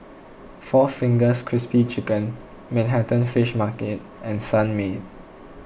four Fingers Crispy Chicken Manhattan Fish Market and Sunmaid